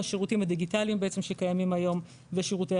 השירותים הדיגיטליים שקיימים היום ושירותי